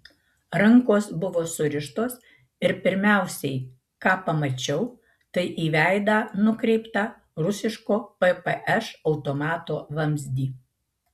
rankos buvo surištos ir pirmiausiai ką pamačiau tai į veidą nukreiptą rusiško ppš automato vamzdį